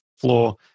floor